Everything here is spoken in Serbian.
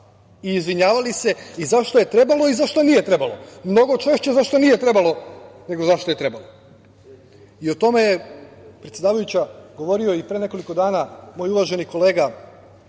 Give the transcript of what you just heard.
i izvinjavali se i za šta je trebalo i za šta nije trebalo, ali mnogo češće za šta nije trebalo nego za šta je trebalo. O tome je, predsedavajuća, govorio i pre nekoliko dana moj uvaženi kolega